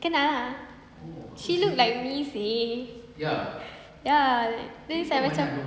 kenal lah she looked like me seh ya then it's like macam